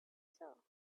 saw